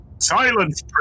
Silence